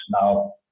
now